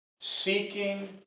Seeking